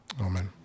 Amen